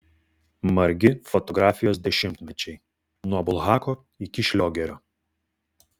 margi fotografijos dešimtmečiai nuo bulhako iki šliogerio